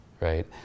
right